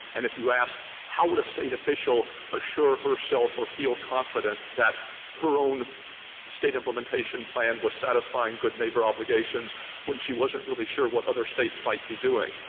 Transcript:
and if you ask how would a state official assure herself or feel confident that her own state implementation plan was satisfying good neighbor obligations when she wasn't really sure what other states might be doing,